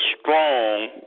strong